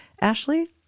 Ashley